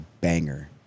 banger